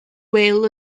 wil